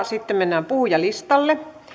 sitten mennään puhujalistalle